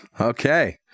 Okay